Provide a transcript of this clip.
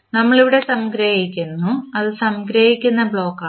നമ്മൾ ഇവിടെ സംഗ്രഹിക്കുന്നു അത് സംഗ്രഹിക്കുന്ന ബ്ലോക്കാണ്